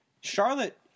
Charlotte